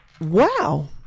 wow